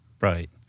Right